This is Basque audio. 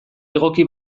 egoki